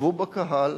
ישבו בקהל